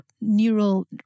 neural